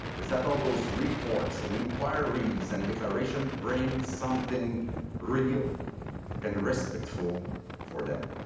is that all those reports and inquiries and declarations, bring something real and respectful for them.